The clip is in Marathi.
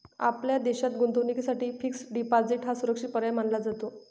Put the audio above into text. आपल्या देशात गुंतवणुकीसाठी फिक्स्ड डिपॉजिट हा सुरक्षित पर्याय मानला जातो